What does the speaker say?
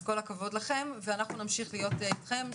אז כל הכבוד לכם ואנחנו נמשיך להיות איתכם,